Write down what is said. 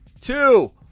two